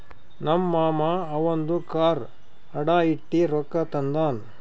ನಮ್ ಮಾಮಾ ಅವಂದು ಕಾರ್ ಅಡಾ ಇಟ್ಟಿ ರೊಕ್ಕಾ ತಂದಾನ್